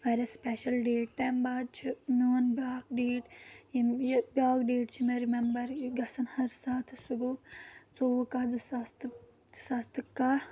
واریاہ special date تَمہِ بعد چھُ میون بیاکھ ڈیٹ یِم یہِ بیٛاکھ ڈیٹ چھِ مےٚ رِمیمبر گژھان ہر ساتہٕ سُہ گوٚو ژووُہ کاہ زٕ ساس تہٕ زٕ ساس تہٕ کاہ